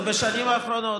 זה בשנים האחרונות.